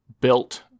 built